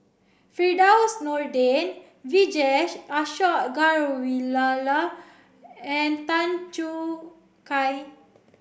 Firdaus Nordin Vijesh Ashok Ghariwala and Tan Choo Kai